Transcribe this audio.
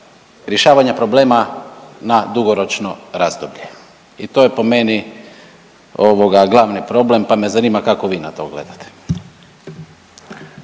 rješavanja problema na dugoročno razdoblje i to je po meni ovoga glavni problem, pa me zanima kako vi na to gledate.